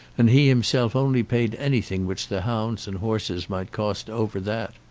and he himself only paid anything which the hounds and horses might cost over that.